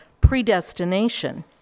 predestination